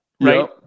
right